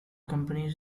companies